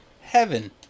Heaven